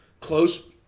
close